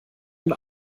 und